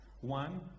One